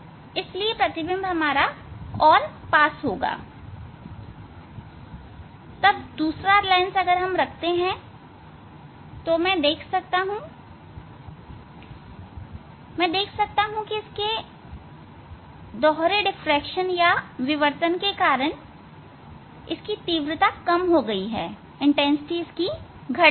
इसलिए प्रतिबिंब और पास होगाऔर पास होगा तब दूसरा लेंस रखने पर मैं देख सकता हूं कि इसके दोहरे डिफ्रैक्शन के कारण इसकी तीव्रता घट जाएगी